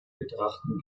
betrachten